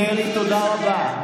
מלכיאלי, תודה רבה.